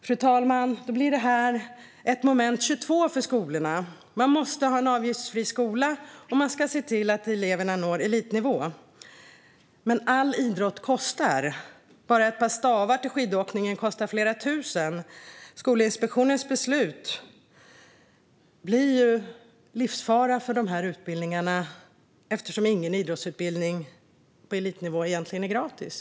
Då blir, fru talman, det här ett moment 22 för skolorna. Man måste ha en avgiftsfri skola och man ska se till att eleverna når elitnivå. All idrott kostar. Bara ett par stavar till skidåkningen kostar flera tusen. Skolinspektionens beslut blir också prejudicerande för alla idrottsgymnasier, eftersom ingen idrottsutbildning på elitnivå egentligen är gratis.